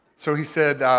so he said,